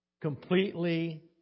Completely